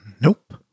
Nope